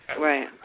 right